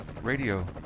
radio